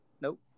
nope